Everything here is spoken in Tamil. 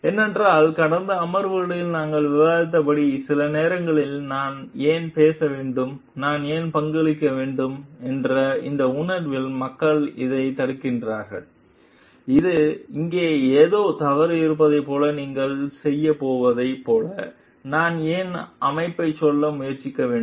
ஏனென்றால் கடந்த அமர்வுகளில் நாங்கள் விவாதித்தபடி சில நேரங்களில் நான் ஏன் பேச வேண்டும் நான் ஏன் பங்களிக்க வேண்டும் என்ற இந்த உணர்வில் மக்கள் இதைத் தடுக்கிறார்கள் இங்கே ஏதோ தவறு இருப்பதைப் போல நீங்கள் செய்யப் போவதைப் போல நான் ஏன் அமைப்பைச் சொல்ல முயற்சிக்க வேண்டும்